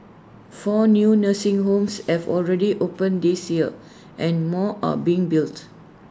four new nursing homes have already opened this year and more are being built